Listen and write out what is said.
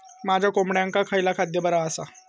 माझ्या कोंबड्यांका खयला खाद्य बरा आसा?